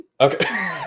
Okay